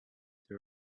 the